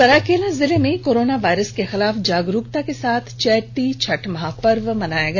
सरायकेला जिले में corona virus के खिलाफ जागरूकता के साथ चैती छठ महापर्व मनाया गया